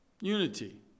Unity